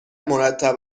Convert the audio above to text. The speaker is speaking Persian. مرتب